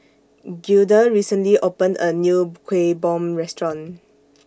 Gilda recently opened A New Kuih Bom Restaurant